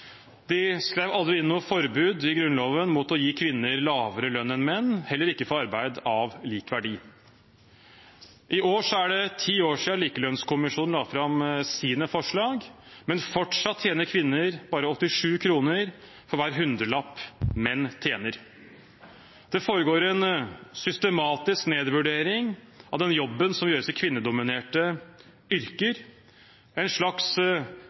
De skrev aldri inn noe forbud i Grunnloven mot å gi kvinner lavere lønn enn menn, heller ikke for arbeid av lik verdi. I år er det ti år siden Likelønnskommisjonen la fram sine forslag, men fortsatt tjener kvinner bare 87 kroner for hver hundrelapp menn tjener. Det foregår en systematisk nedvurdering av den jobben som gjøres i kvinnedominerte yrker, en slags